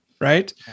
Right